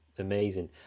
Amazing